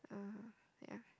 uh yeah